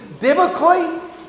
biblically